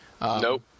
Nope